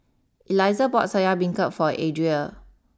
Elizah bought Soya Beancurd for Adria